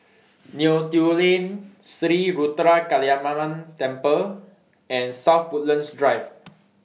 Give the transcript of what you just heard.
Neo Tiew Lane Sri Ruthra Kaliamman Temple and South Woodlands Drive